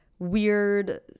weird